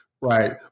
right